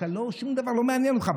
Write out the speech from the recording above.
שום דבר לא מעניין אותך.